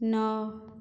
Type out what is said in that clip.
ନଅ